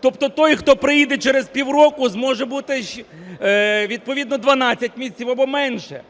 Тобто той, хто приїде через пів року, зможе бути відповідно 12 місяців або менше.